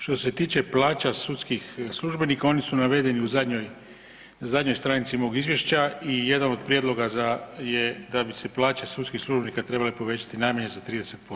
Što se tiče plaća sudskih službenika oni su navedeni u zadnjoj stranici mog izvješća i jedan od prijedloga je da bi se plaće sudskih službenika trebale povećati najmanje za 30%